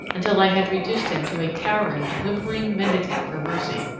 until i had reduced him to a cowering, whimpering mendicant for mercy,